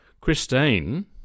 Christine